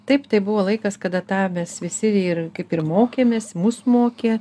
taip tai buvo laikas kada tą mes visi ir kaip ir mokėmės mus mokė